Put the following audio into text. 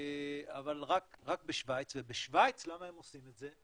אז רק בשוויץ, ובשוויץ למה הם עושים את זה?